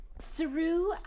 Saru